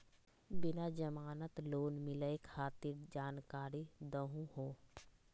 बिना जमानत लोन मिलई खातिर जानकारी दहु हो?